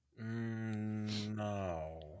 No